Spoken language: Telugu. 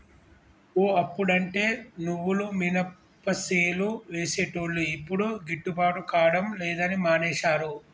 ఓ అప్పుడంటే నువ్వులు మినపసేలు వేసేటోళ్లు యిప్పుడు గిట్టుబాటు కాడం లేదని మానేశారు